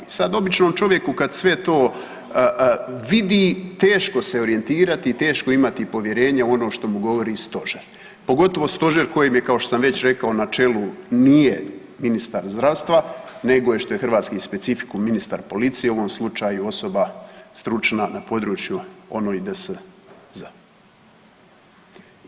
I sad običnom čovjeku kad sve to vidi teško se orijentirati i teško je imati povjerenje u ono što mu govori stožer, pogotovo stožer kojem kao što sam već rekao na čelu nije ministar zdravstva, nego što je hrvatski specifikum, ministar policije, u ovom slučaju osoba stručna na području ONO i DSZ.